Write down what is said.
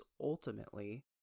ultimately